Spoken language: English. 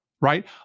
right